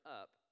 up